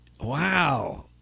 Wow